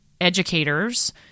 educators